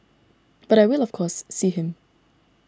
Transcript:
but I will of course see him